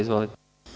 Izvolite.